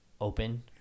open